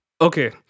Okay